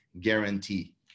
guarantee